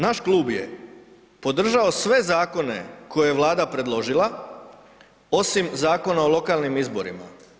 Naš klub je podržao sve zakone koje je Vlada predložila, osim Zakona o lokalnim izborima.